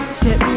sit